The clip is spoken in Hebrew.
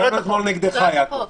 הצבענו אתמול נגדך, יעקב.